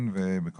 במסגרת הנושא הזה,